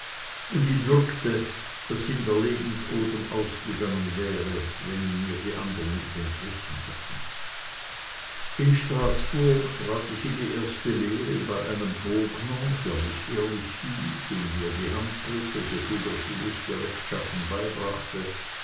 und ihn würgte daß ihm der lebensodem ausgegangen wäre wenn ihn mir die anderen nicht entrissen hätten in straßburg trat ich in die erste lehre bei einem bogner der mich ehrlich hielt und mir die handgriffe soviel er sie wußte rechtschaffen beibrachte